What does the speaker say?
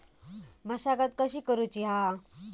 मशागत कशी करूची हा?